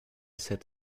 said